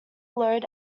load